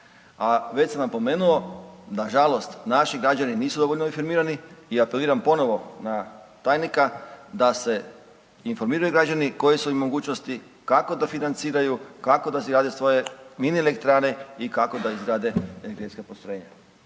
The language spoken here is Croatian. a već sam napomenuo nažalost naši građani nisu dovoljno informirani i apeliramo ponovo na tajnika da se informiraju građani koje su im mogućnosti, kako da financiranju, kako da si grade svoje mini elektrane i kako da izgrade energetska postrojenja.